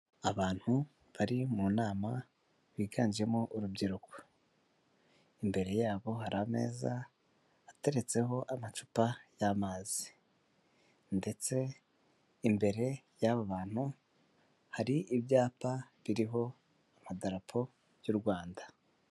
Abantu bari mu nama, biganjemo urubyiruko. Imbere yabo hari ameza ateretseho amacupa y'amazi ndetse imbere y'aba bantu hari ibyapa biriho amadarapo y'u Rwanda.